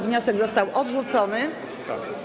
Wniosek został odrzucony.